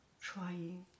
trying